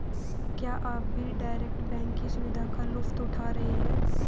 क्या आप भी डायरेक्ट बैंक की सुविधा का लुफ्त उठा रहे हैं?